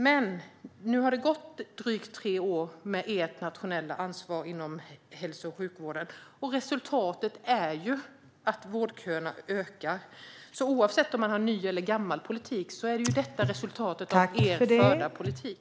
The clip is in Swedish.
Det har gått drygt tre år med ert nationella ansvar inom hälso och sjukvården, och resultatet är att vårdköerna ökar. Oavsett om man har ny eller gammal politik är detta resultatet av er förda politik.